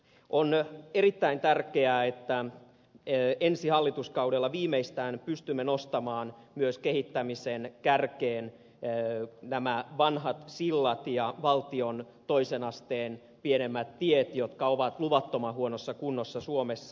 on erittäin tärkeää että viimeistään ensi hallituskaudella pystymme nostamaan myös kehittämisen kärkeen nämä vanhat sillat ja valtion toisen asteen pienemmät tiet jotka ovat luvattoman huonossa kunnossa suomessa